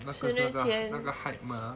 那个 height 吗